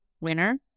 winner